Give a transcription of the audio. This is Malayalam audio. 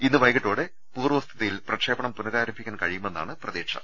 ഇന്ന് വൈകിട്ടോടെ പൂർവ്വസ്ഥിതിയിൽ പ്രക്ഷേപണം പുനരാ രംഭിക്കാൻ കഴിയുമെന്നാണ് പ്രതീക്ഷിക്കുന്നത്